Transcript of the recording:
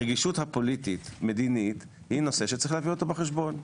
הרגישות הפוליטית מדינית היא נושא שצריך להביא אותו בחשבון.